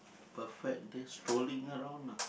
perfect date strolling around lah